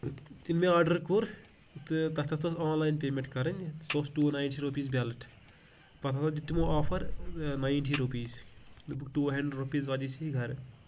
تہٕ مےٚ آرڈَر کوٚر تہٕ تَتھ حظ ٲس آنلاین پیمیٚنٛٹ کَرٕنۍ سُہ اوس ٹوٗ ناینٹی رُپیٖز بیلٹ پَتہٕ ہسا دِیُت تِمو آفر ناینٹی رُپیٖز دوٚپُکھ ٹوٗ ہَنٛڈرنڈ رُپیٖز وتہِ ژے گَرٕ